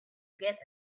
get